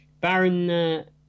Baron